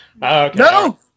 No